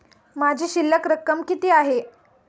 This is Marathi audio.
माझी शिल्लक रक्कम किती आहे?